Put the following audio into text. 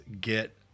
get